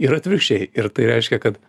ir atvirkščiai ir tai reiškia kad